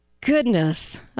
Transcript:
Goodness